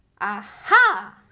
Aha